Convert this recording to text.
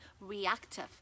reactive